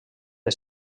les